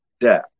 death